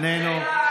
איננו,